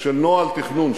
של נוהל תכנון,